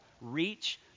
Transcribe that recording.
reach